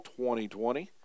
2020